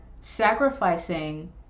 sacrificing